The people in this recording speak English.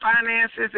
finances